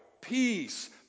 peace